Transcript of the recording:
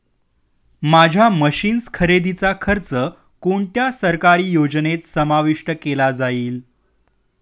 माझ्या मशीन्स खरेदीचा खर्च कोणत्या सरकारी योजनेत समाविष्ट केला जाईल?